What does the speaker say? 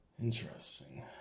Interesting